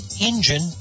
engine